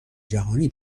جهانی